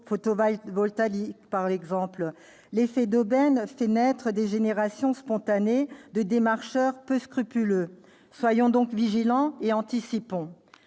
photovoltaïques, par exemple, l'effet d'aubaine fait naître des générations spontanées de démarcheurs peu scrupuleux. Soyons donc vigilants et anticipons.